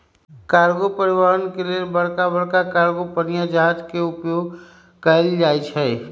cargo परिवहन के लेल बड़का बड़का कार्गो पनिया जहाज के उपयोग कएल जाइ छइ